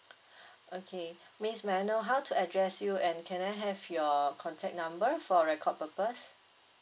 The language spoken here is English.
okay miss may I know how to address you and can I have your contact number for record purpose